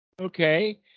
Okay